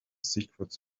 secrets